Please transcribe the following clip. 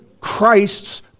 Christ's